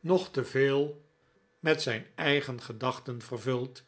nog te veel met zijn eigen gedachten vervuld